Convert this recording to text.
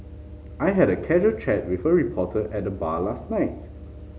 I had a casual chat with a reporter at the bar last night